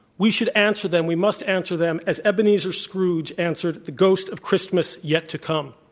we should answer them we must answer them as ebenezer scrooge answered the ghost of christmas yet to come